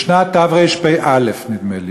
בשנת תרפ"א, נדמה לי,